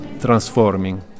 transforming